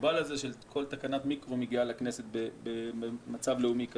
המוגבל הזה שכל תקנת מיקרו מגיעה לכנסת במצב לאומי כזה.